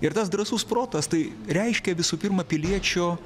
ir tas drąsus protas tai reiškia visų pirma piliečio